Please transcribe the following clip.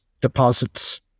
deposits